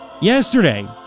Yesterday